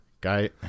Guy